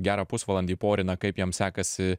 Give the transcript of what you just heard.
gerą pusvalandį porina kaip jam sekasi